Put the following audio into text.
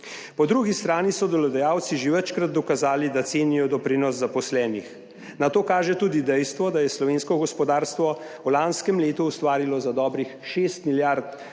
Po drugi strani so delodajalci že večkrat dokazali, da cenijo doprinos zaposlenih. Na to kaže tudi dejstvo, da je slovensko gospodarstvo v lanskem letu ustvarilo za dobrih 6 milijard